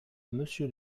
monsieur